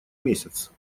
месяц